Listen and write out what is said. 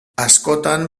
askotan